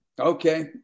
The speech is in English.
Okay